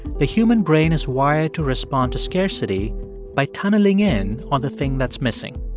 the human brain is wired to respond to scarcity by tunnelling in on the thing that's missing.